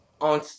On